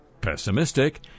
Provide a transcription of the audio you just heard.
pessimistic